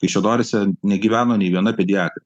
kaišiadoryse negyveno nei viena pediatrė